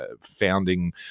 founding